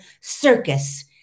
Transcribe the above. circus